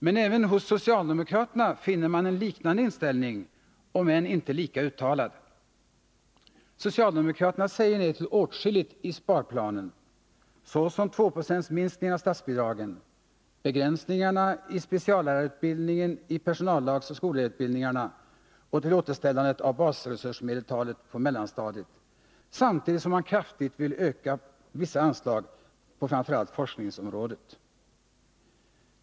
Men även hos socialdemokraterna finner man en liknande inställning, om än inte lika uttalad. Socialdemokraterna säger nej till åtskilligt i sparplanen, såsom den tvåprocentiga minskningen av statsbidragen, begränsningarna i speciallärarutbildningen, i personallagsoch skolledarutbildningarna och till återställandet av basresursmedeltalet på mellanstadiet samtidigt som man kraftigt vill öka vissa anslag framför allt på forskningsområdet.